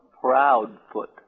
Proudfoot